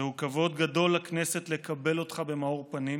זהו כבוד גדול לכנסת לקבל אותך במאור פנים